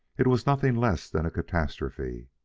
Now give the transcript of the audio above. it was nothing less than a catastrophe,